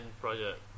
Project